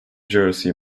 jersey